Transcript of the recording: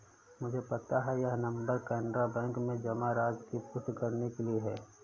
मुझे पता है यह नंबर कैनरा बैंक में जमा राशि की पुष्टि करने के लिए है